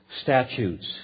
statutes